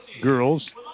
girls